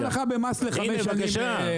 תן הנחה במס לחמש שנים,